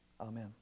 Amen